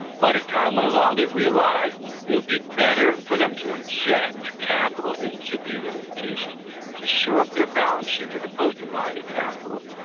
but as time went along they realised it would be better for them to inject capital into these institutions to shore up their balance sheets, as opposed to buying the capital,